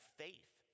faith